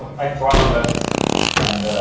i try my best and.